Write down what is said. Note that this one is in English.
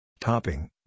topping